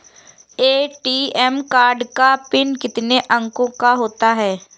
ATM card का PIN कितने अंकों का होता है?